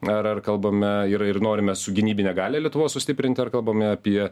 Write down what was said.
ar ar kalbame ir ir norime su gynybinę galią lietuvos sustiprinti ar kalbame apie